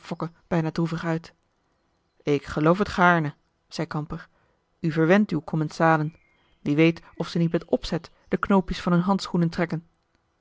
bijna droevig uit ik geloof t gaarne zei kamper u verwent uw commensalen wie weet of ze niet met opzet de knoopjes van hun handschoenen trekken